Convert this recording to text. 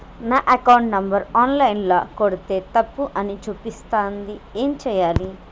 నా account number online ల కొడ్తే తప్పు అని చూపిస్తాంది ఏం చేయాలి?